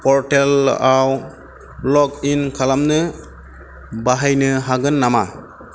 परटेलाव लग इन खालामनो बाहायनो हागोन नामा